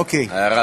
אוקיי.